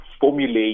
formulate